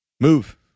move